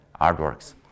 artworks